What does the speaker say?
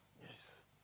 Yes